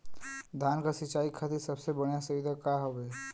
धान क सिंचाई खातिर सबसे बढ़ियां सुविधा का हवे?